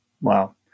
Wow